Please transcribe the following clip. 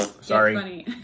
sorry